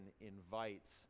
invites